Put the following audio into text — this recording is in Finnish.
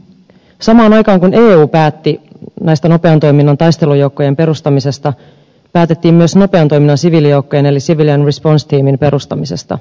samaan aikaan kun eu päätti näistä nopean toiminnan taistelujoukkojen perustamisesta päätettiin myös nopean toiminnan siviilijoukkojen eli civilian response teamin perustamisesta